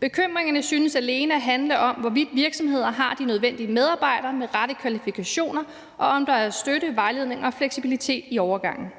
Bekymringerne synes alene at handle om, hvorvidt virksomhederne har de nødvendige medarbejdere med de rette kvalifikationer, og om der er støtte, vejledning og fleksibilitet i overgangen.